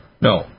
No